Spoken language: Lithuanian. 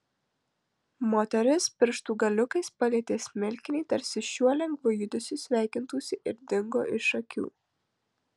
moteris pirštų galiukais palietė smilkinį tarsi šiuo lengvu judesiu sveikintųsi ir dingo iš akių